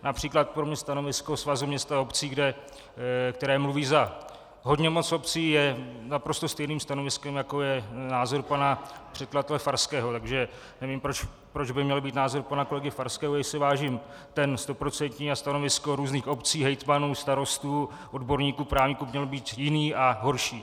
Například pro mě stanovisko Svazu měst a obcí, které mluví za hodně moc obcí, je naprosto stejným stanoviskem, jako je názor pana předkladatele Farského, takže nevím, proč by měl být názor pana kolegy Farského, jestli vážím ten stoprocentní, a stanovisko různých obcí, hejtmanů, starostů, odborníků, právníků, mělo být jiné a horší.